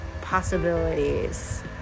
possibilities